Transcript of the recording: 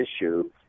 issue